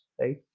right